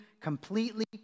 completely